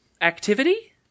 activity